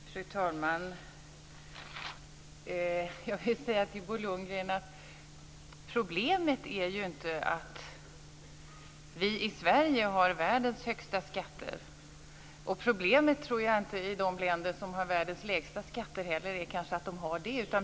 Fru talman! Jag vill säga till Bo Lundgren att problemet inte är att vi i Sverige har världens högsta skatter. Inte heller tror jag att problemet i de länder som har världens lägsta skatter är att de har det.